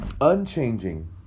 Unchanging